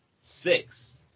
six